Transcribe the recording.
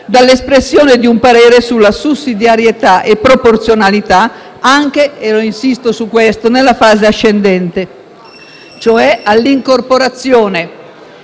nell'espressione di un parere sulla sussidiarietà e proporzionalità anche - insisto su questo - nella fase ascendente, cioè nell'incorporazione